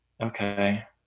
okay